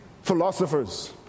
Philosophers